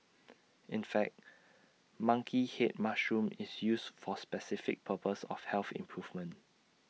in fact monkey Head mushroom is used for specific purpose of health improvement